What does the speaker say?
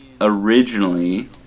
originally